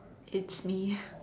it's me